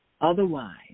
Otherwise